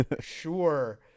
sure